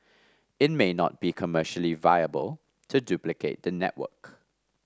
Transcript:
it may not be commercially viable to duplicate the network